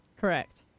Correct